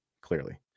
clearly